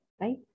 right